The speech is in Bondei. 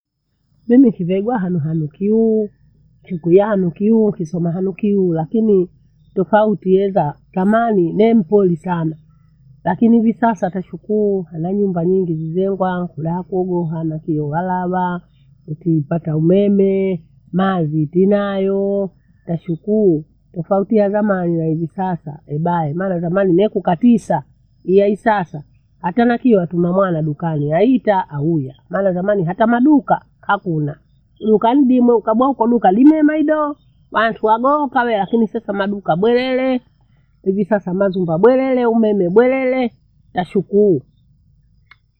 Mimi thivegaa hanu hanikio thiku yahanukio chisoma hanukio lakini tofauti yethaa tamani nemholi sana. Lakini hivi sasa tashukulu hena nyumba nyingi zijengwa kula akogo hoo nakiovalava, ketinpata umeme mathi tunayo tashukulu. Tofauti ya zamani na hivi sasa ebaye, maana zamani nekukatisa hiya hisasa hata nakia mtume mwana dukani aitaa hauya, maana zamani hata maduka hakuna. Ukandimo ubwawa koluka limema idoo washwaghoka wee lakini sasa maduka bwelele, hivi sasa mazumbwa bwelele, meme bwelele tashukulu.